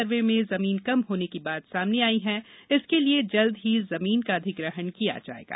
सर्वे में जमीन कम होने की बात सामने आई है इसके लिये जल्दी ही जमीन का अधिग्रहण किया जाएगा